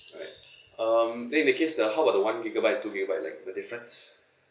alright um then in the case the how about the one gigabyte two gigabyte like the difference